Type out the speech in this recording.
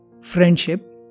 friendship